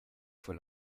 vor